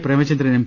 Premachandran M